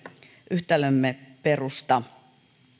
yhtälömme perusta